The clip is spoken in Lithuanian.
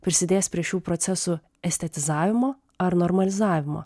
prisidės prie šių procesų estetizavimo ar normalizavimo